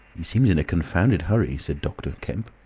he seems in a confounded hurry, said dr. kemp,